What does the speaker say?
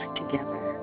together